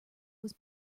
was